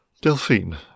Delphine